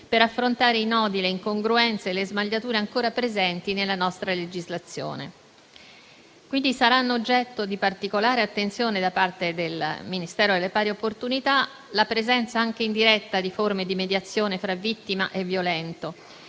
per affrontare i nodi, le incongruenze e le smagliature ancora presenti nella nostra legislazione. Quindi, sarà oggetto di particolare attenzione da parte del Ministero per le pari opportunità: la presenza, anche indiretta, di forme di mediazione fra vittima e violento;